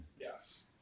Yes